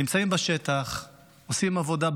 הם נמצאים בשטח ועושים עבודה,